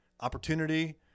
opportunity